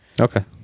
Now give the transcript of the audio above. Okay